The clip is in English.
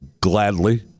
gladly